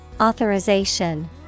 Authorization